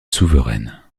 souveraine